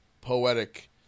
poetic